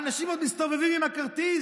האנשים עוד מסתובבים עם הכרטיס,